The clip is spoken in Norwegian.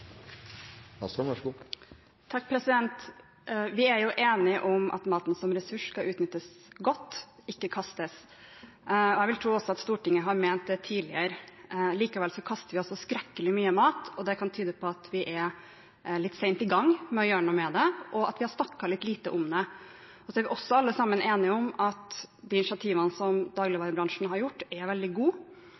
enige om at maten som ressurs skal utnyttes godt, ikke kastes. Jeg vil også tro at Stortinget har ment det tidligere. Likevel kaster vi altså skrekkelig mye mat, og det kan tyde på at vi er litt sent i gang med å gjøre noe med det, og at vi har snakket litt lite om det. Så er vi også alle sammen enige om at de initiativene som dagligvarebransjen har gjort, er veldig